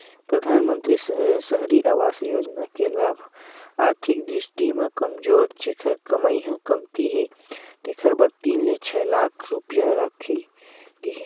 परधानमंतरी सहरी आवास योजना के लाभ आरथिक दृस्टि म कमजोर जेखर कमई ह कमती हे तेखर बर तीन ले छै लाख रूपिया राखे गे हे